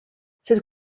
cette